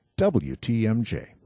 wtmj